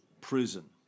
prison